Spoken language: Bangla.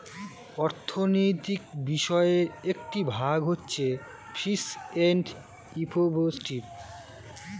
অর্থনৈতিক বিষয়ের একটি ভাগ হচ্ছে ফিস এন্ড ইফেক্টিভ